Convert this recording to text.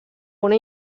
una